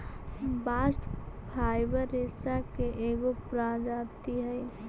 bast fibre रेसा के एगो प्रजाति हई